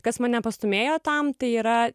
kas mane pastūmėjo tam tai yra